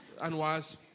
unwise